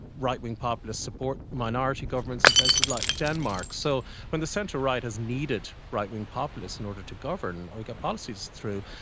right-wing populists support minority governments in places like denmark. so when the centre right has needed right-wing populists in order to govern or get policies through,